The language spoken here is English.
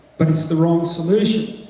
but it's the wrong solution.